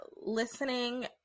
listening